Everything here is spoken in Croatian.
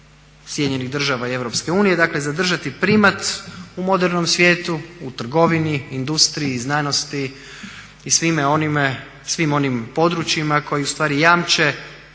poziciju SAD-a i EU, dakle zadržati primat u modernom svijetu, u trgovini, industriji, znanosti i svim onim područjima koji ustvari jamče